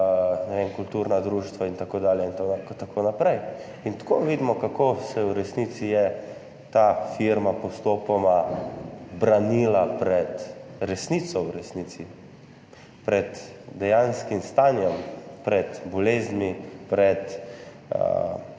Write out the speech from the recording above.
kulturna društva in tako naprej. In tako vidimo, kako se je v resnici ta firma postopoma branila pred resnico, v resnici, pred dejanskim stanjem, pred boleznimi, pred